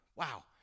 Wow